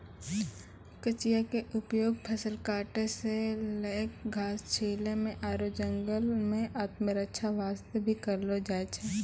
कचिया के उपयोग फसल काटै सॅ लैक घास छीलै म आरो जंगल मॅ आत्मरक्षा वास्तॅ भी करलो जाय छै